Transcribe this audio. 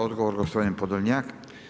Odgovor gospodin Podolnjak.